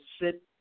sit